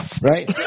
right